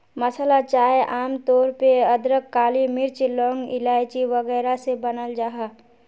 मसाला चाय आम तौर पे अदरक, काली मिर्च, लौंग, इलाइची वगैरह से बनाल जाहा